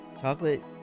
Chocolate